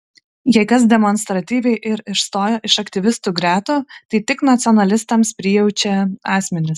jei kas demonstratyviai ir išstojo iš aktyvistų gretų tai tik nacionalistams prijaučią asmenys